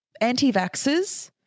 anti-vaxxers